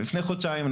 ולפני חודשיים,